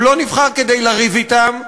הוא לא נבחר כדי לריב אתם.